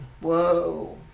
Whoa